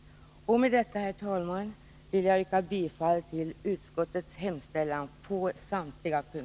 Med detta, herr talman, vill jag på samtliga punkter yrka bifall till utskottets hemställan.